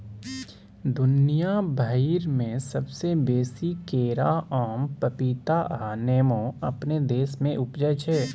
दुनिया भइर में सबसे बेसी केरा, आम, पपीता आ नेमो अपने देश में उपजै छै